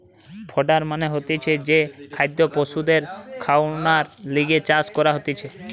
fodder মানে হতিছে যে খাদ্য পশুদের খাওয়ানর লিগে চাষ করা হতিছে